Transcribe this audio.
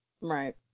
Right